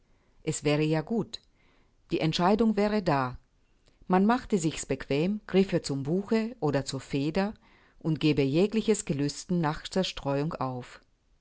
es wäre ja gut die entscheidung wäre da man machte sich's bequem griffe zum buche oder zur feder und gäbe jegliches gelüsten nach zerstreuung auf